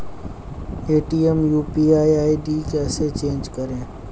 Paytm UPI ID कैसे change करें?